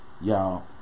y'all